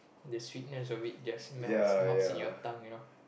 the sweetness of it just melts melts in your tongue you know